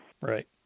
Right